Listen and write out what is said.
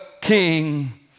king